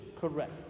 correct